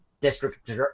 district